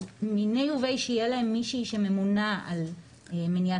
אז בוודאי שיהיה להם מישהי שממונה על מניעת